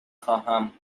خواهم